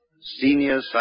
senior